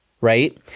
right